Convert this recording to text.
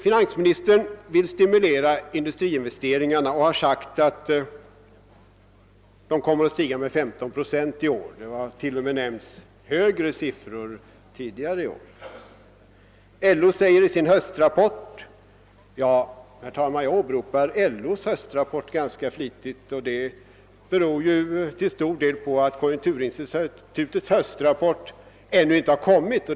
Finansministern vill stimulera industriinvesteringarna och har sagt att de kommer att stiga med 15 procent i år. Tidigare detta år har t.o.m. högre siffror nämnts. Jag vill även i detta sammanhang hänvisa till LO:s höstrapport. Att jag åberopar denna ganska flitigt beror till stor del på att konjukturinstitutets höstrapport ännu inte publicerats.